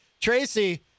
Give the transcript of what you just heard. Tracy